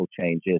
changes